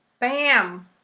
bam